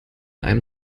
einem